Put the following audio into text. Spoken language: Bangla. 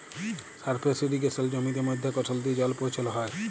সারফেস ইরিগেসলে জমিতে মধ্যাকরসল দিয়ে জল পৌঁছাল হ্যয়